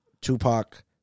Tupac